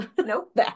nope